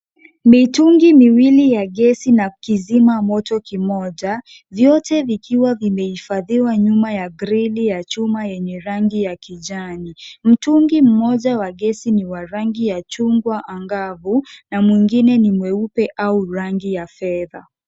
Mitungi miwili ya gesi na kizima moto kimoja, vyote vikiwa vimehifadhiwa nyuma ya grili ya chuma yenye rangi ya kijani. Mtungi mmoja wa gesi ni wa rangi ya chungwa angavu na mwingine ni mweupe au rangi ya fedha.